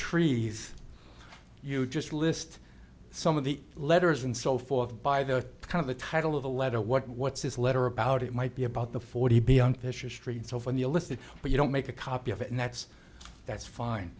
trees you just list some of the letters and so forth by the kind of the title of the letter what what's this letter about it might be about the forty b young fishes streets over the a list but you don't make a copy of it and that's that's fine